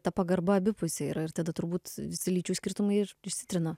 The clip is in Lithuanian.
ta pagarba abipusė yra ir tada turbūt visi lyčių skirtumai ir išsitrina